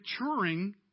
maturing